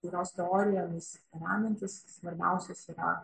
ir jos teorijomis remiantis svarbiausias yra